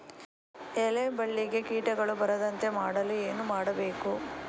ಎಲೆ ಬಳ್ಳಿಗೆ ಕೀಟಗಳು ಬರದಂತೆ ಮಾಡಲು ಏನು ಮಾಡಬೇಕು?